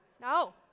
No